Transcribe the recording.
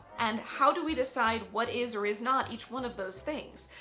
and how do we decide what is or is not each one of those things.